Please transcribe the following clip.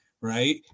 right